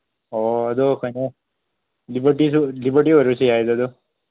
ꯑꯣ ꯑꯗꯨ ꯀꯩꯅꯣ ꯂꯤꯕꯔꯇꯤꯁꯨ ꯂꯤꯕꯔꯇꯤ ꯑꯣꯏꯔꯁꯨ ꯌꯥꯏꯗ ꯑꯗꯨ